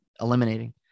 eliminating